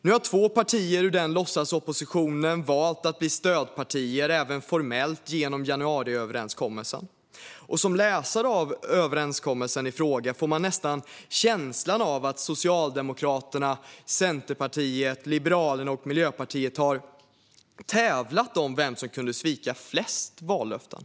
Nu har två partier ur denna låtsasopposition valt att bli stödpartier även formellt genom januariöverenskommelsen. Som läsare av överenskommelsen i fråga får man nästan känslan av att Socialdemokraterna, Centerpartiet, Liberalerna och Miljöpartiet har tävlat om vem som kunde svika flest vallöften.